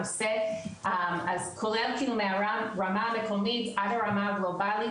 אז כולל מהרמה המקומית עד לרמה הגלובלית